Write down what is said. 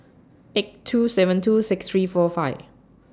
eight two seven two six three four five